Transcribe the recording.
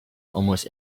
almost